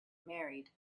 married